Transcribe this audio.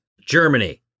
Germany